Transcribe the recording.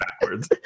backwards